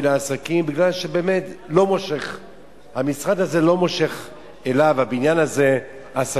לעסקים בגלל שהוא לא מושך אליו עסקים,